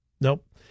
nope